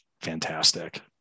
fantastic